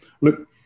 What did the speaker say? Look